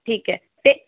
ਠੀਕ ਹੈ ਅਤੇ